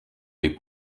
les